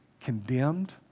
condemned